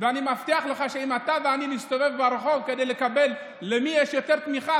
אני מבטיח לך שאם אתה ואני נסתובב ברחוב כדי לראות למי יש יותר תמיכה,